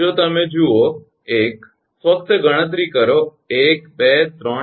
જો તમે જુઓ 1 ફક્ત ગણતરી કરો 12345